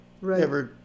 Right